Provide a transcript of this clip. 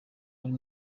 muri